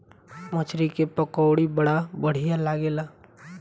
मछरी के पकौड़ी बड़ा बढ़िया लागेला